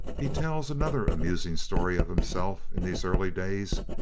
he tells another amusing story of himself, in these early days.